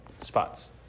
spots